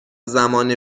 زمان